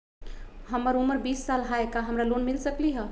हमर उमर बीस साल हाय का हमरा लोन मिल सकली ह?